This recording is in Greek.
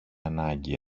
ανάγκη